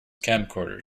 camcorder